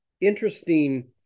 interesting